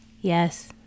Yes